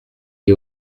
les